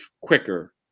quicker